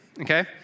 okay